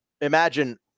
imagine